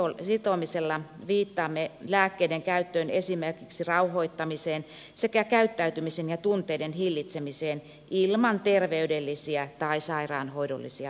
kemiallisella sitomisella viittaamme lääkkeiden käyttöön esimerkiksi rauhoittamiseen sekä käyttäytymisen ja tunteiden hillitsemiseen ilman terveydellisiä tai sairaanhoidollisia perusteita